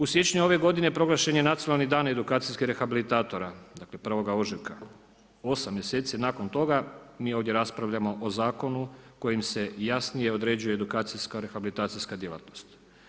U siječnju ove godine proglašen je nacionalni dan edukacijskih rehabilitatora, dakle 1. ožujka, 8 mjeseci nakon toga mi ovdje raspravljamo o zakonu kojim se jasnije određuje edukacijska, rehabilitacijska djelatnost.